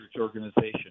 organization